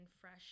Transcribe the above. fresh